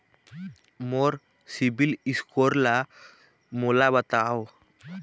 मोर CIBIL score ला मोला बताव?